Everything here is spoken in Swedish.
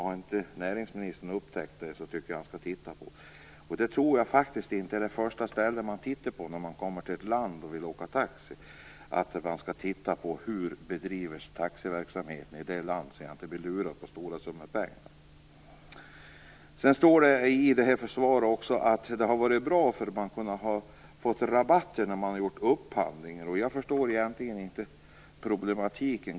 Har inte näringsministern upptäckt dem tycker jag att han skall titta efter. De sitter alltså i luftslussarna. Jag tror faktiskt inte att det första man gör när man kommer till ett land och vill åka taxi är att titta på ett sådant ställe för att se hur taxiverksamheten bedrivs i landet så att man inte blir lurad på stora summor pengar. Det står också i svaret att det här har varit bra därför att man har kunnat få rabatter vid upphandling. Jag förstår egentligen inte problematiken.